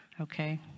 okay